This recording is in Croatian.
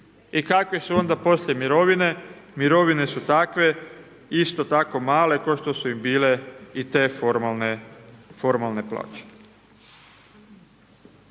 I kakve su onda poslije mirovine? Mirovine su takve, isto tako male kao što su i bile i te formalne plaće.